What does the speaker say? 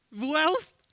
Wealth